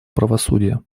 правосудия